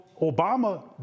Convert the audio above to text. Obama